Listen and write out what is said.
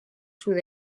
sud